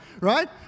right